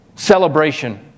Celebration